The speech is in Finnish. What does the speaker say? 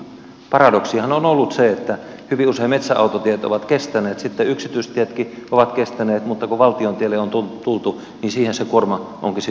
paradoksihan on ollut se että hyvin usein metsäautotiet ovat kestäneet sitten yksityistietkin ovat kestäneet mutta kun valtion tielle on tultu niin siihen se kuorma onkin sitten humpsahtanut kiinni